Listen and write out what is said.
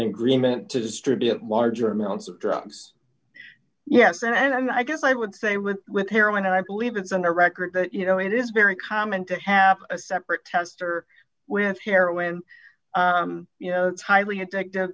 agreement to distribute larger amounts of drugs yes and i guess i would say would with heroin and i believe it's on the record that you know it is very common to have a separate tester with heroin you know highly addictive